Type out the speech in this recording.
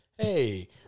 Hey